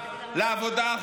לעבודה,